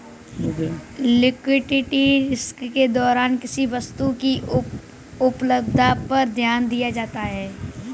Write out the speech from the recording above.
liquidity risk के दौरान किसी वस्तु की उपलब्धता पर ध्यान दिया जाता है